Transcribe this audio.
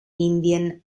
indian